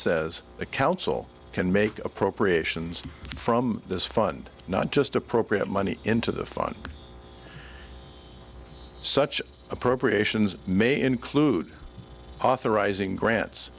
says the council can make appropriations from this fund not just appropriate money into the fund such appropriations may include authorizing grants